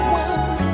one